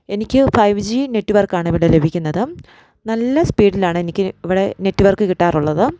എനിക്ക് five G നെറ്റ്വർക്കാണ് ഇവിടെ ലഭിക്കുന്നത് നല്ല സ്പീഡിലാണ് ഇവടെ എനിക്ക് നെറ്റ് വർക്ക് കിട്ടാറുള്ളത്